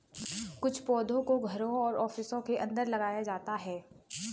कुछ पौधों को घरों और ऑफिसों के अंदर लगाया जाता है